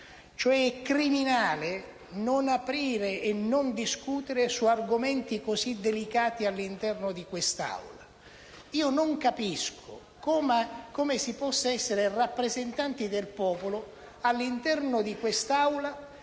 È criminale non aprire e non discutere su argomenti così delicati all'interno di questa Aula. Io non capisco come si possa essere rappresentante del popolo all'interno di quest'Aula